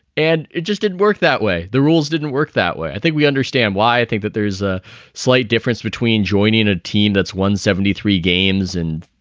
and it just didn't work that way. the rules didn't work that way. i think we understand why. i think that there's a slight difference between joining a team that's won seventy three games and,